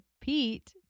Pete